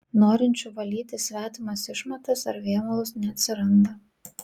norinčių valyti svetimas išmatas ar vėmalus neatsiranda